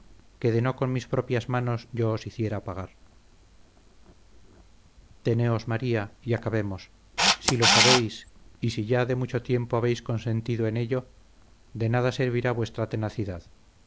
que de no con mis propias manos yo os hiciera pagar teneos maría y acabemos si lo sabéis y si ya de mucho tiempo habéis consentido en ello de nada servirá vuestra tenacidad